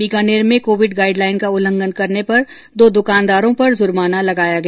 बीकानेर में Covid guideline का उल्लंघन करने पर दो दुकानदारों पर जुर्माना लगाया गया